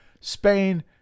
Spain